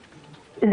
חשמלאים,